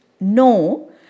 No